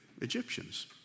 Egyptians